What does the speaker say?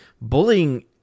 Bullying